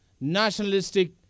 nationalistic